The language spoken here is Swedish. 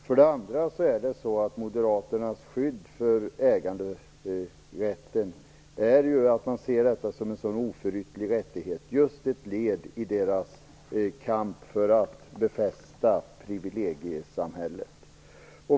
För det andra är moderaternas motiv för skyddet för äganderätten att den är en oförytterlig rättighet som ett led i kampen för att befästa privilegiesamhället.